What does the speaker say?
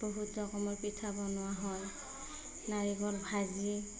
বহুত ৰকমৰ পিঠা বনোৱা হয় নাৰিকল ভাজি